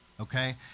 okay